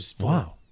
Wow